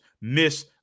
miss